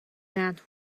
that